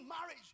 marriage